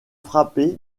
frappé